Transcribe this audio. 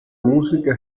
música